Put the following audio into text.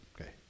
okay